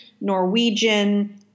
Norwegian